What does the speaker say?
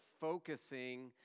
focusing